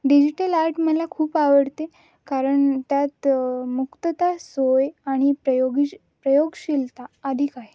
digital art मला खूप आवडते कारण त्यात मुक्तता सोय आणि प्रयोगीश प्रयोगशीलता अधिक आहे